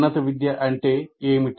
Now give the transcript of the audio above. ఉన్నత విద్య అంటే ఏమిటి